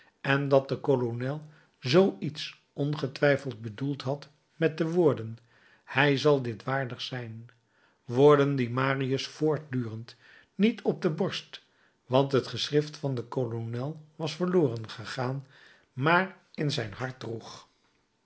en dat de kolonel zoo iets ongetwijfeld bedoeld had met de woorden hij zal dit waardig zijn woorden die marius voortdurend niet op de borst want het geschrift van den kolonel was verloren gegaan maar in zijn hart droeg